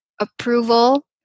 approval